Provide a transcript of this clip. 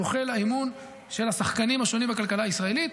שבסופו של דבר זוכה לאמון של השחקנים השונים בכלכלה הישראלית.